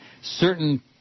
Certain